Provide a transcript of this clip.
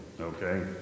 okay